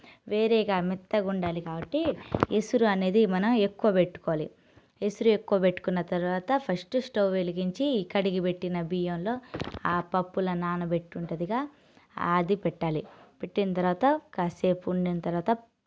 వేరేగా మెత్తగా ఉండాలి కాబట్టి ఎసురు అనేది మన ఎక్కువ పెట్టుకోవాలి ఎసురు ఎక్కువ పెట్టుకున్న తర్వాత ఫస్ట్ స్టవ్ వెలిగించి కడిగి పెట్టిన బియ్యంలో ఆ పప్పుల నానబెట్టి ఉంటదిగా ఆది పెట్టాలి పెట్టిన తర్వాత కాసేపు ఉండిన తర్వాత